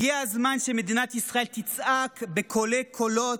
הגיע הזמן שמדינת ישראל תצעק בקולי-קולות: